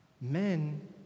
Men